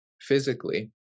physically